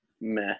meh